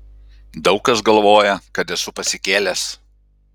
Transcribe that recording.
daug kas galvoja kad esu pasikėlęs